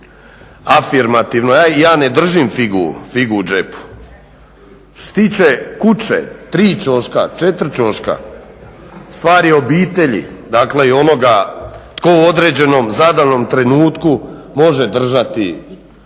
afirmativno, ja ne držim figu u džepu. Što se tiče kuće tri ćoška, četiri ćoška, stvar je obitelji, dakle i onoga tko u određenom zadanom trenutku može držati